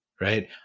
right